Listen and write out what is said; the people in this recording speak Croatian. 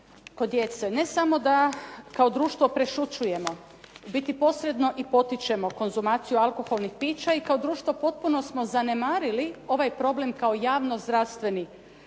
ne samo da kao društvo prešućujemo, u biti posredno i potičemo konzumaciju alkoholnih pića i kao društvo potpuno smo zanemarili ovaj problem kao javno-zdravstveni